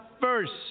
first